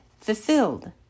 fulfilled